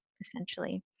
essentially